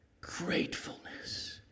gratefulness